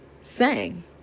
sang